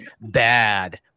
bad